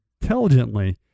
intelligently